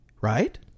Right